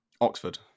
Oxford